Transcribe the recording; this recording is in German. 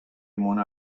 mona